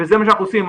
וזה מה שאנחנו עושים.